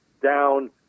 down